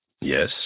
Yes